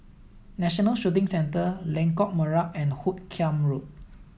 National Shooting Centre Lengkok Merak and Hoot Kiam Road